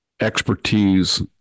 expertise